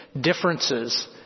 differences